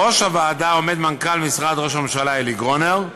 בראש הוועדה עומד מנכ"ל משרד ראש הממשלה אלי גרונר,